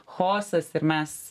chaosas ir mes